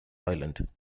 island